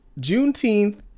juneteenth